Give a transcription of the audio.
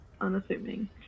unassuming